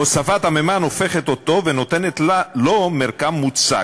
הוספת המימן הופכת אותו ונותנת לו מרקם מוצק,